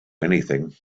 anything